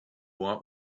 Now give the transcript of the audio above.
want